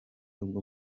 ubwo